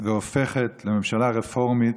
והופכת לממשלה רפורמית,